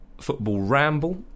FootballRamble